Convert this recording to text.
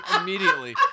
immediately